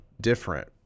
different